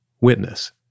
WITNESS